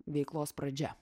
veiklos pradžia